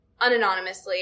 unanonymously